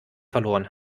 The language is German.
verloren